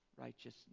righteousness